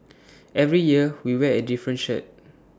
every year we wear A different shirt